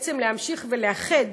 ובעצם להמשיך לאחד,